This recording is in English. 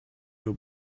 your